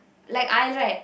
like I right